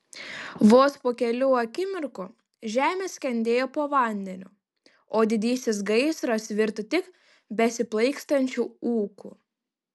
vos po kelių akimirkų žemė skendėjo po vandeniu o didysis gaisras virto tik besiplaikstančiu ūku